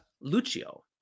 Lucio